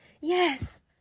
yes